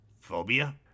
Phobia